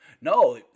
No